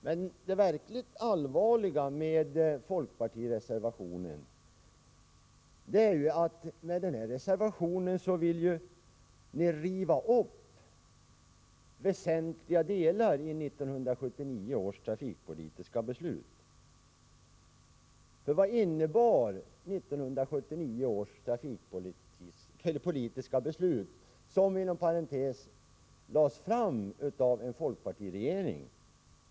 Men det verkligt allvarliga med folkpartireservationen är ju att ni med den vill riva upp väsentliga delar i 1979 års trafikpolitiska beslut. Vad innebar 1979 års trafikpolitiska beslut, som inom parentes sagt lades fram av en folkpartiregering?